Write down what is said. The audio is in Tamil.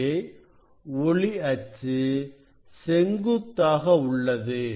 இங்கே ஒளி அச்சு செங்குத்தாக உள்ளது